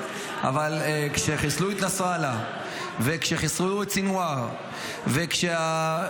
אבל כשחיסלו את נסראללה וכשחיסלו את סנוואר וכשהמערכת